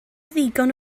ddigon